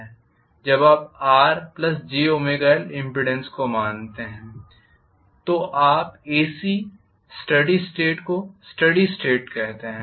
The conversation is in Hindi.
जब आप RjLइंपीडेन्स को मानते हैं तो आप AC स्टेडी स्टेट को स्टेडी स्टेट कहते हैं